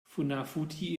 funafuti